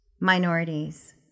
minorities